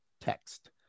text